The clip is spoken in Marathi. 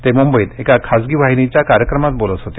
ते मुंबईत एका खाजगी वाहिनीच्या कार्यक्रमात बोलत होते